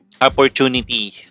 opportunity